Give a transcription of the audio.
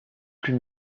plus